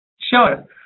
Sure